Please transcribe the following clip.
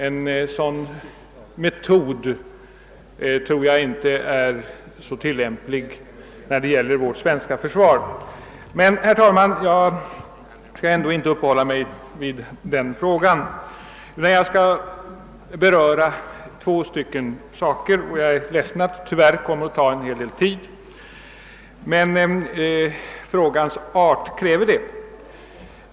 En sådan metodik tror jag inte är tillämplig när det gäller vårt svenska försvar. Men, herr talman, jag skall inte uppehålla mig vid denna fråga. Jag skall beröra två andra saker, och jag är ledsen att det tyvärr kommer att ta en hel del tid, men frågans art kräver det.